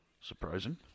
Surprising